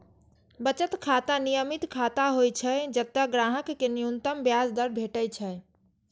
बचत खाता नियमित खाता होइ छै, जतय ग्राहक कें न्यूनतम ब्याज दर भेटै छै